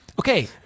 Okay